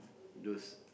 those